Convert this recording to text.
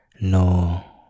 No